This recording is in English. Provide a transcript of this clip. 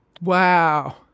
Wow